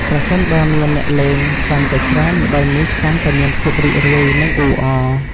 ប្រសិនបើមានអ្នកលេងកាន់តែច្រើន ល្បែងនេះកាន់តែមានភាពរីករាយ និងអ៊ូអរ។